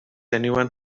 anyone